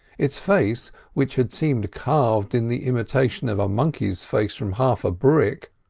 its face, which had seemed carved in the imitation of a monkey's face from half a brick,